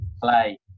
play